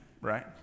Right